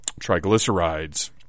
triglycerides